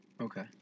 Okay